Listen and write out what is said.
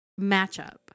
matchup